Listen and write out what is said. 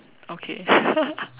okay